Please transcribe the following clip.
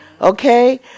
Okay